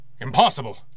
Impossible